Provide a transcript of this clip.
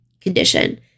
condition